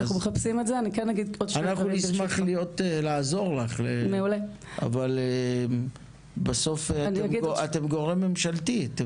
אנחנו נשמח לעזור לך, אבל בסוף אתם גורם ממשלתי.